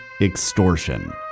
extortion